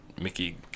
Mickey